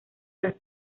las